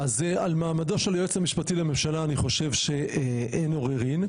על מעמדו של היועץ המשפטי לממשלה אני חושב שאין עוררין,